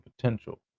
potential